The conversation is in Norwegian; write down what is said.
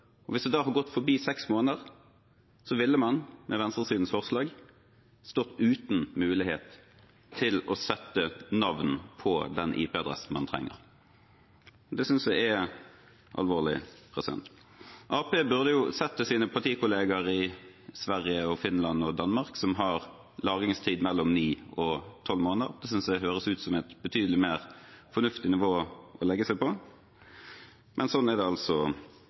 og hvis da seks måneder har passert, ville man, med venstresidens forslag, stått uten mulighet til å sette navn på den IP-adressen man trenger. Det synes jeg er alvorlig. Arbeiderpartiet burde sett til sine partikollegaer i Sverige, Finland og Danmark, som har lagringstid på mellom ni og tolv måneder. Det synes jeg høres ut som et betydelig mer fornuftig nivå å legge seg på. Men sånn har det altså